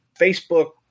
Facebook